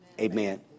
Amen